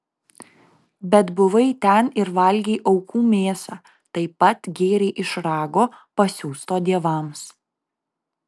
bet buvai ten ir valgei aukų mėsą taip pat gėrei iš rago pasiųsto dievams